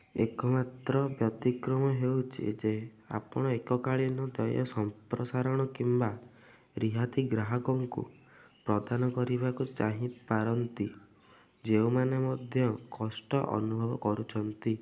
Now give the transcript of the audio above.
ଏକମାତ୍ର ବ୍ୟତିକ୍ରମ ହେଉଛି ଯେ ଆପଣ ଏକକାଳୀନ ଦୟ ସମ୍ପ୍ରସାରଣ କିମ୍ବା ରିହାତି ଗ୍ରାହକଙ୍କୁ ପ୍ରଦାନ କରିବାକୁ ଚାହିଁପାରନ୍ତି ଯେଉଁମାନେ ମଧ୍ୟ କଷ୍ଟ ଅନୁଭବ କରୁଛନ୍ତି